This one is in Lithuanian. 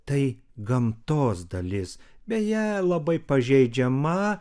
tai gamtos dalis beje labai pažeidžiama